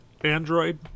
Android